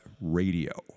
Radio